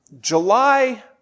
July